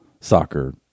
soccer